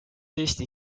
eesti